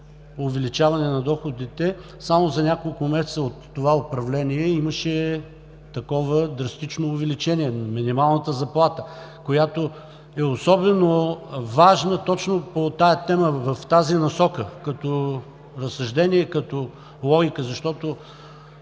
увеличаване на доходите. Само за няколко месеца от това управление имаше такова драстично увеличение на минималната заплата, която е особено важна точно по тази тема, в тази насока, като разсъждение, като логика, защото